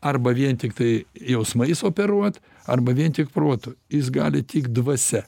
arba vien tiktai jausmais operuot arba vien tik protu jis gali tik dvasia